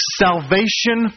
salvation